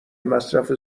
مصرف